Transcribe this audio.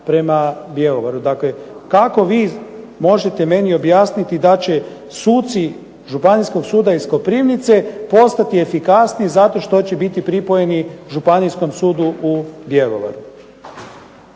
prema Bjelovaru. Dakle, kako vi možete meni objasniti da će suci Županijskog suda iz Koprivnice postati efikasniji zato što će biti pripojeni Županijskom sudu u Bjelovaru?